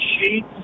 sheets